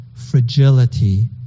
fragility